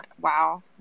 wow